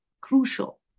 crucial